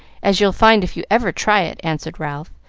as you'll find if you ever try it, answered ralph,